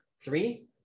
three